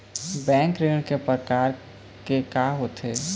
Bank ऋण के प्रकार के होथे?